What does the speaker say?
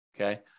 okay